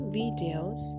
videos